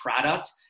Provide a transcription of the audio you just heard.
product